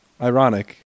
ironic